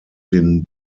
den